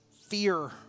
fear